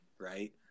Right